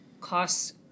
costs